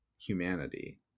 humanity